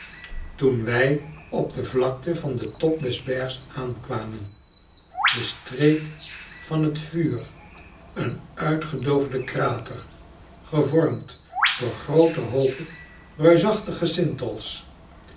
toen wij op de vlakte van den top des bergs aankwamen de streek van het vuur een uitgedoofde krater gevormd door groote hoopen reusachtige